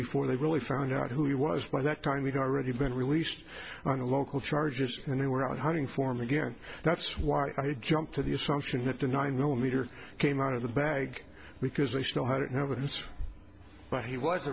before they really found out who he was by that time we've already been released on local charges and they were out hunting for me again that's why i jumped to the assumption that the nine millimeter came out of the bag because they still had it never ends but he was